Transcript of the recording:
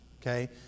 okay